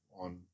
on